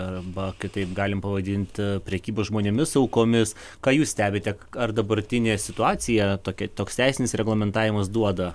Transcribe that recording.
arba kitaip galim pavadinti prekybos žmonėmis aukomis kai jūs stebite ar dabartinė situacija tokia toks teisinis reglamentavimas duoda